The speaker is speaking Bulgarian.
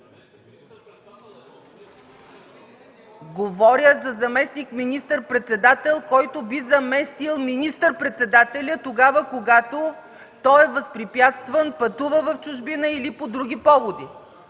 Говоря за заместник министър-председател, който би заместил министър-председателя, когато той е възпрепятстван, пътува в чужбина или по други поводи.